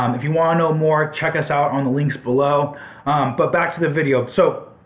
um if you want to know more check us out on the links below but back to the video. so,